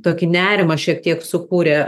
tokį nerimą šiek tiek sukūrė